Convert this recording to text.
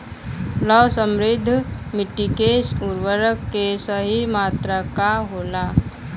लौह समृद्ध मिट्टी में उर्वरक के सही मात्रा का होला?